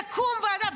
תקום ועדה.